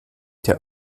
der